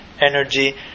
energy